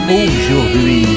aujourd'hui